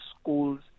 schools